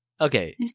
Okay